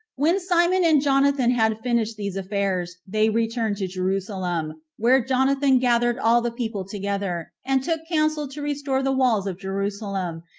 when simon and jonathan had finished these affairs, they returned to jerusalem, where jonathan gathered all the people together, and took counsel to restore the walls of jerusalem,